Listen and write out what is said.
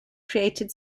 created